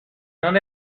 non